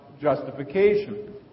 justification